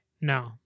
No